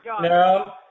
No